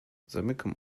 zamykam